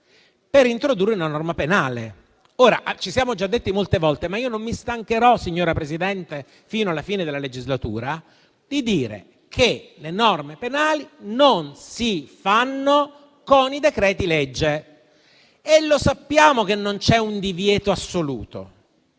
per introdurre una norma penale. Ci siamo già detti molte volte, ma io non mi stancherò, signora Presidente, fino alla fine della legislatura, di dire che le norme penali non si fanno con i decreti-legge. Sappiamo che non c'è un divieto assoluto,